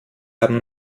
haben